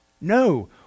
No